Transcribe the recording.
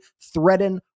threaten